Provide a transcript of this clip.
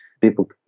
People